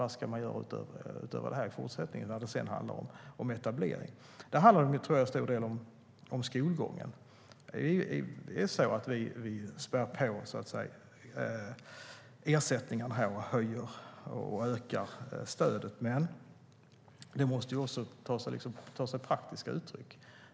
Vad ska man göra utöver detta i fortsättningen när det sedan handlar om etablering? Jag tror att det till stor del handlar om skolgången. Vi spär på ersättningarna och ökar stödet. Men det måste också ta sig praktiska uttryck.